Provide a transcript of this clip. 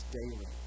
daily